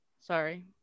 sorry